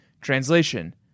Translation